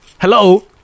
Hello